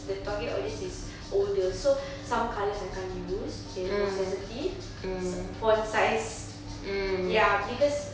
the target audience is older so some colour I can't use they'll be more sensitive some font size ya because